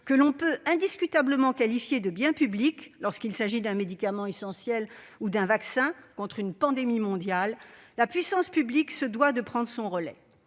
que l'on peut indiscutablement qualifier de bien public lorsqu'il s'agit d'un médicament essentiel ou d'un vaccin contre une pandémie mondiale, la puissance publique se doit de prendre son relais.